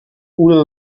una